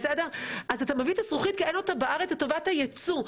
אתה מביא את הזכוכית כי אין אותה בארץ לטובת הייצוא.